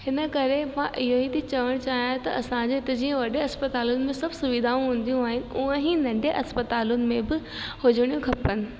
हिन करे मां इहो ई थी चवणु चाहियां त असांजे हिते जीअं वॾे अस्पतालुनि में सभु सुविधाऊं हूंदियूं आहिनि ऊअं ई नंढे अस्पतालुनि में बि हुजणियूं खपनि